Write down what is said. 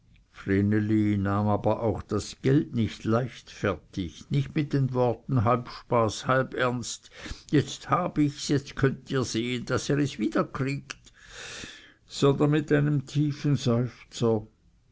aber auch das geld nicht leichtfertig nicht mit den worten halb spaß halb ernst jetzt habe ichs jetzt könnt ihr sehen daß ihr es wieder kriegt sondern mit einem tiefen seufzer